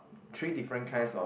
three different kinds of